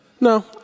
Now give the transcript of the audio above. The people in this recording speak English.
No